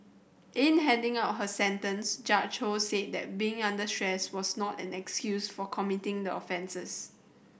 in handing out her sentence Judge Ho said that being under stress was not an excuse for committing the offences